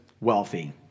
wealthy